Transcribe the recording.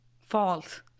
false